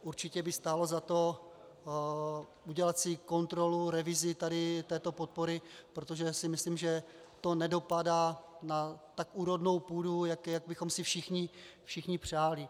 Určitě by stálo za to udělat si kontrolu, revizi této podpory, protože si myslím, že to nedopadá na tak úrodnou půdu, jak bychom si všichni přáli.